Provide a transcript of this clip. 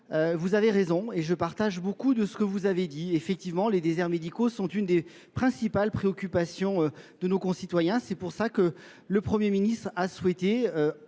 vous avez raison et je partage beaucoup de ce que vous avez dit. Effectivement, les déserts médicaux sont une des principales préoccupations de nos concitoyens. C'est pour ça que le Premier ministre a souhaité,